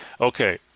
Okay